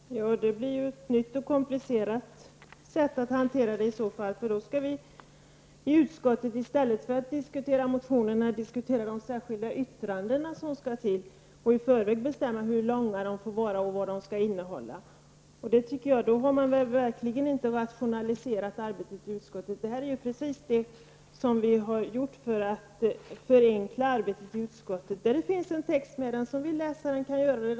Herr talman! Det blir i så fall ett nytt och komplicerat sätt att hantera det hela. I stället för att diskutera motionerna skall vi i utskottet diskutera de särskilda yttranden som skall avges och i förväg bestämma hur långa de får vara och vad de skall innehålla. Då har man verkligen inte rationaliserat arbetet i utskottet. Det är precis detta som miljöpartiet har gjort. Vi har förenklat arbetet i utskottet. Det finns en text fogad till betänkandet. Den som vill läsa texten kan göra det.